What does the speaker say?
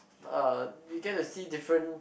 uh you get to see different